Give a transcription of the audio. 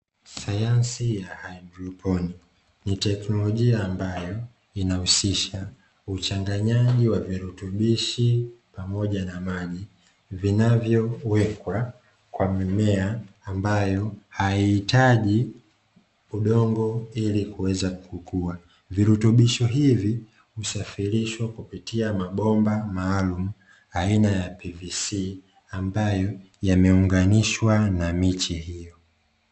Sayansi ya hydroponi. Ni teknolojia ambayo inahusisha uchanganyaji wa virutubishi pamoja na maji, vinavyowekwa kwa mimea ambayo haihitaji udongo ili kuweza kukua. Virutubisho hivi husafirishwa kwa kupitia mabomba maalumu aina ya "PVC" ambayo yameunganishwa na miche.